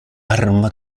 arma